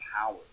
power